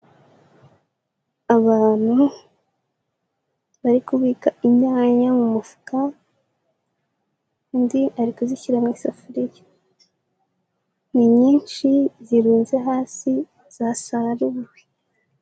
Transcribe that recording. Abantu barikubika inyanya mu mufuka, undi arikuzishyira mu isafuriya, ni nyinshi zirunze hasi zasaruwe.